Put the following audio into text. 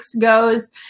goes